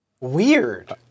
Weird